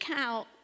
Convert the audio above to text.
out